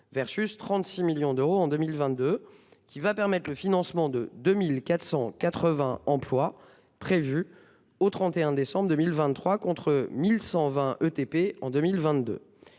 de 36 millions d'euros de 2022. Cela permettra le financement de 2 480 emplois au 31 décembre 2023, contre 1 120 ETP en 2022.